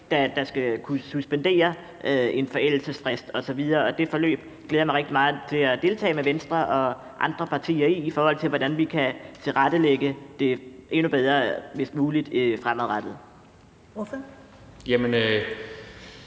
der skal kunne suspendere en forældelsesfrist osv., og det forløb glæder jeg mig rigtig meget til at deltage i sammen med Venstre og andre partier, i forhold til hvordan vi kan tilrettelægge det endnu bedre, hvis muligt, fremadrettet.